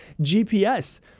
GPS